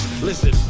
Listen